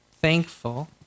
thankful